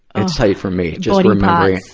ah tight for me, just remembering